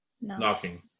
Knocking